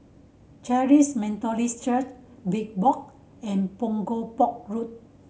Christ Methodist Church Big Box and Punggol Port Road